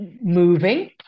moving